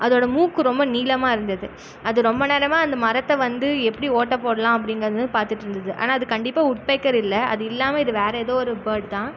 அதோட மூக்கு ரொம்ப நீளமாக இருந்தது அது ரொம்ப நேரமாக அந்த மரத்தை வந்து எப்படி ஓட்டை போடலாம் அப்டிங்கிறது வந்து பார்த்துட்டு இருந்தது ஆனால் அது கண்டிப்பாக உட்பெக்கர் இல்லை அது இல்லாமல் இது வேற ஏதோ ஒரு பேர்ட் தான்